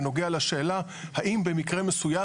בנוגע לשאלה האם במקרה מסוים,